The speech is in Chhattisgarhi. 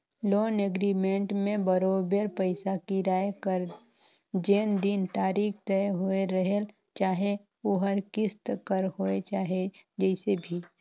लोन एग्रीमेंट में बरोबेर पइसा फिराए कर जेन दिन तारीख तय होए रहेल चाहे ओहर किस्त कर होए चाहे जइसे भी